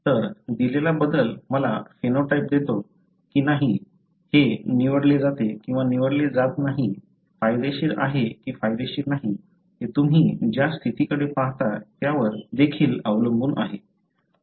तर दिलेला बदल मला फेनोटाइप देतो की नाही हे निवडले जाते किंवा निवडले जात नाही फायदेशीर आहे की फायदेशीर नाही हे तुम्ही ज्या स्थितीकडे पहात आहात त्यावर देखील अवलंबून आहे